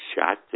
shot